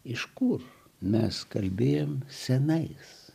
iš kur mes kalbėjom senais